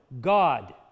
God